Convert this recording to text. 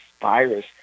virus